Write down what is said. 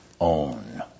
own